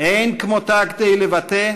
אין כמותה כדי לבטא,